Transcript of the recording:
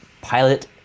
pilot